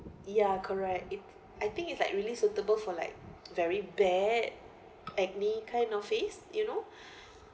ya correct it I think it's like really suitable for like very bad acne kind of face you know